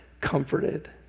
comforted